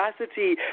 capacity